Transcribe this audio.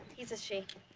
he's a she.